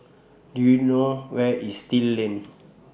Do YOU know Where IS Still Lane